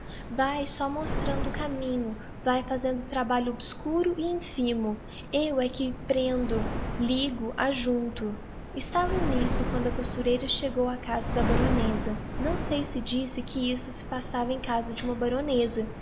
vae só mostrando o caminho vae fazendo trabalho obscuro e infimo eu é que prendo ligo ajunto estavam nisto quando a costureira chegou á casa da baroneza não sei se disse que isto se passava em casa de uma baroneza